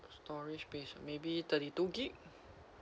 storage space maybe thirty two gigabyte